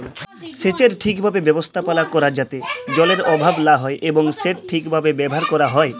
সেচের ঠিকভাবে ব্যবস্থাপালা ক্যরা যাতে জলের অভাব লা হ্যয় এবং সেট ঠিকভাবে ব্যাভার ক্যরা হ্যয়